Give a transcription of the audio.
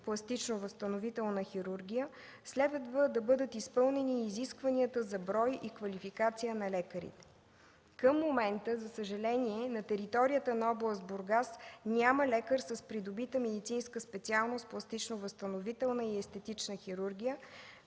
естетично възстановителна хирургия, следва да бъдат изпълнени изискванията за брой и квалификация на лекарите. Към момента, за съжаление, на територията на област Бургас няма лекар с придобита медицинска специалност „Пластично- възстановителна и естетична хирургия”,